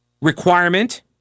requirement